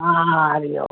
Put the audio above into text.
हां इहो